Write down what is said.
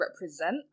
represent